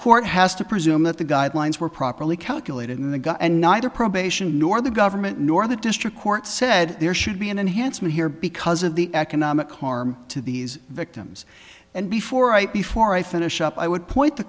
court has to presume that the guidelines were properly calculated in the gun and neither probation nor the government nor the district court said there should be an enhancement here because of the economic harm to these victims and before i before i finish up i would point the